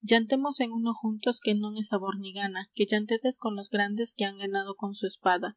yantemos en uno juntos que non he sabor ni gana que yantedes con los grandes que han ganado con su espada